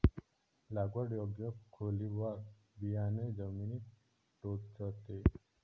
लागवड योग्य खोलीवर बियाणे जमिनीत टोचते